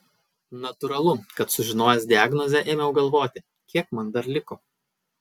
natūralu kad sužinojęs diagnozę ėmiau galvoti kiek man dar liko